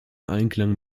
einklang